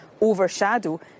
overshadow